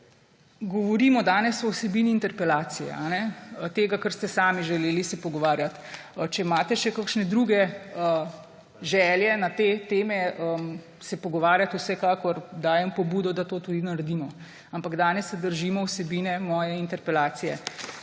Govorimo danes o vsebini interpelacije; tega, kar ste sami želeli se pogovarjati. Če imate še kakšne druge želje na te teme se pogovarjati, vsekakor dajem pobudo, da to tudi naredimo, ampak danes se držimo vsebine moje interpelacije